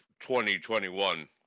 2021